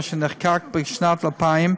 אשר נחקק בשנת 2000,